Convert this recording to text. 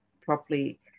properly